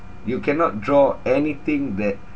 you cannot draw anything that